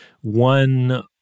one